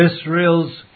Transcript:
Israel's